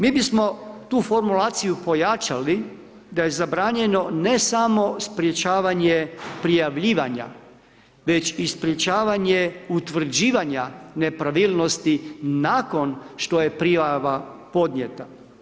Mi bismo tu formulaciju pojačali da je zabranjeno ne samo sprječavanje prijavljivanja već i sprječavanje utvrđivanja nepravilnosti nakon što je prijava podnijeta.